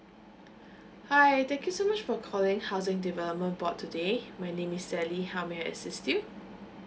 hi thank you so much for calling housing development board today my name is sally how may I assist you